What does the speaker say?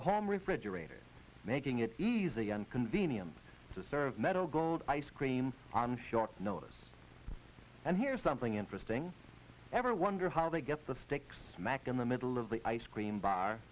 the home refrigerator making it easy and convenient to serve metal gold ice cream on short notice and here's something interesting ever wonder how they get the steaks smack in the middle of the ice cream bar